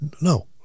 No